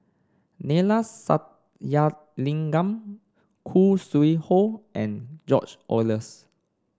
Neila Sathyalingam Khoo Sui Hoe and George Oehlers